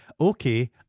Okay